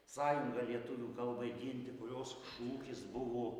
sąjunga lietuvių kalbai ginti kurios šūkis buvo